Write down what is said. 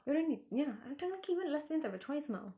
you don't need ya less of a choice now